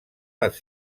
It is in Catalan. les